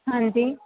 ਹਾਂਜੀ